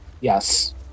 Yes